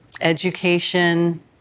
education